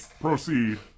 Proceed